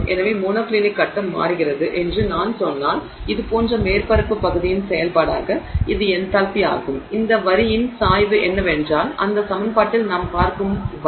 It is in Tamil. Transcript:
எனவே மோனோக்ளினிக் கட்டம் மாறுகிறது என்று நான் சொன்னால் இது போன்ற மேற்பரப்புப் பகுதியின் செயல்பாடாக இது என்தால்பி ஆகும் இந்த வரியின் சாய்வு என்னவென்றால் அந்த சமன்பாட்டில் நாம் பார்க்கும் γ